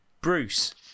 Bruce